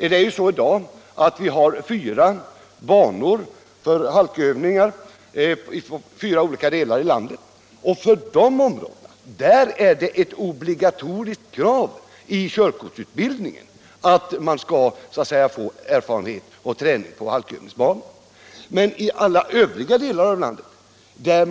I dag finns det trafikövningsplatser på fyra håll i landet, och där är övning i halkkörning obligatorisk. Men i alla övriga delar av landet där